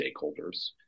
stakeholders